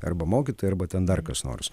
arba mokytoja arba ten dar kas nors